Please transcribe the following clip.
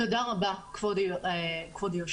תודה רבה כבוד היו"ר.